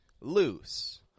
loose